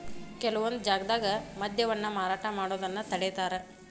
ಕೆಲವೊಂದ್ ಜಾಗ್ದಾಗ ಮದ್ಯವನ್ನ ಮಾರಾಟ ಮಾಡೋದನ್ನ ತಡೇತಾರ